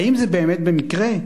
האם זה באמת במקרה?